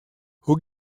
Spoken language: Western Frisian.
hoe